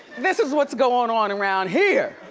this is what's goin' on around here.